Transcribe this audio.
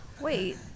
Wait